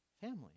family